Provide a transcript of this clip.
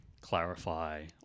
clarify